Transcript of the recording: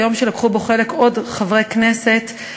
זה יום שלקחו בו חלק עוד חברי כנסת,